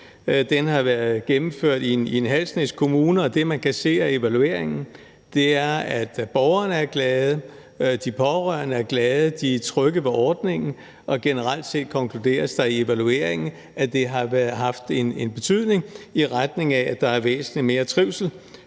den har været gennemført i en halv snes kommuner, og det, man kan se af evalueringen, er, at borgerne er glade, at de pårørende er glade, at de er trygge ved ordningen, og generelt set konkluderes der i evalueringen, at det har haft en betydning i retning af, at der er væsentlig mere trivsel